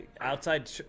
outside